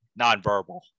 nonverbal